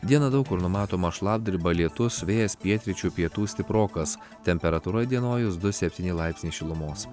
dieną daug kur numatoma šlapdriba lietus vėjas pietryčių pietų stiprokas temperatūra įdienojus du septyni laipsniai šilumos